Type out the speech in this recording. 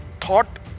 thought